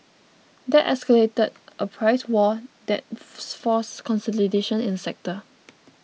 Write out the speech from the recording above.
that escalated a price war that's forced consolidation in the sector